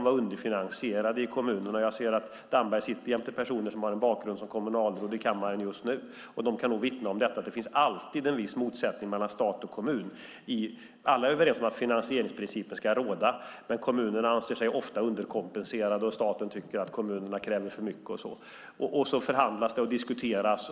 var underfinansierade i kommunen. Jag ser att Damberg just nu här i kammaren sitter bredvid personer som har en bakgrund som kommunalråd. De kan nog vittna om detta. Det finns alltid en viss motsättning mellan stat och kommun. Alla är överens om att finansieringsprincipen ska råda, men kommunerna anser sig ofta underkompenserade, och staten tycker att kommunerna kräver för mycket. Så förhandlas det och diskuteras.